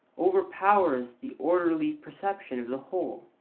overpowers the orderly perception of the whole.